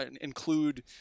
include